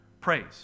praise